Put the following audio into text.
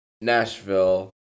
Nashville